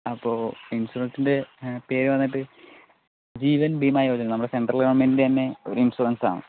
അപ്പോൾ ഇൻഷുറൻസിൻ്റെ പേര് വന്നിട്ട് ജീവൻ ബീമായോജന നമ്മുടെ സെൻട്രൽ ഗവണ്മെൻറ്റ്ൻ്റെ തന്നെ ഒരു ഇൻഷുറൻസ് ആണ്